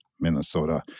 Minnesota